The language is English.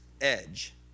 edge